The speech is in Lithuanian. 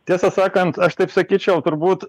tiesą sakant aš taip sakyčiau turbūt